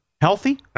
healthy